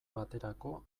baterako